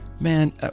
man